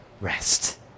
rest